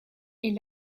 est